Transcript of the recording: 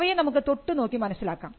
അവയെ നമുക്ക് തൊട്ടു നോക്കി മനസ്സിലാക്കാം